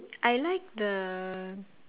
I like the